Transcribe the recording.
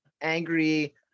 angry